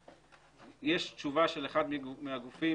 יש תשובה של אחד מהגופים,